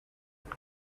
und